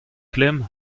klemm